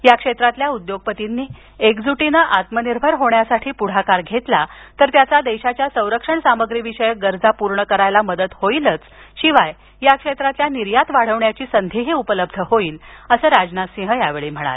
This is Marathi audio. या क्षेत्रातील उद्योगपतींनी एकजुटीने आत्मनिर्भर होण्यासाठी पुढाकार घेतल्यास त्याचा देशाच्या संरक्षण सामग्रीविषयक गरजा पूर्ण करायला मदत होईलच शिवाय या क्षेत्रातील निर्यात वाढवण्याची संधीही उपलब्ध होईल असं राजनाथ सिंह यावेळी म्हणाले